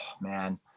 man